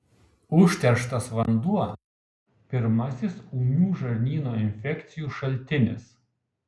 užterštas vanduo pirmasis ūmių žarnyno infekcijų šaltinis